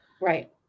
right